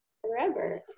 forever